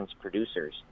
producers